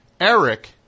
Eric